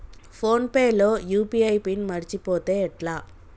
Phone pay లో UPI PIN మరచిపోతే ఎట్లా?